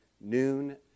noon